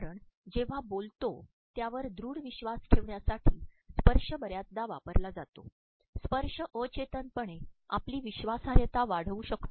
कारण जेव्हा बोलतो त्यावर दृढ विश्वास ठेवण्यासाठी स्पर्श बर्याचदा वापरला जातो स्पर्श अचेतनपणे आपली विश्वासार्हता वाढवू शकतो